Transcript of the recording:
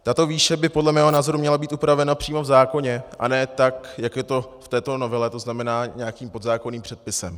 Tato výše by podle mého názoru měla být upravena přímo v zákoně, a ne tak, jak je to v této novele, to znamená nějakým podzákonným předpisem.